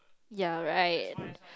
ya right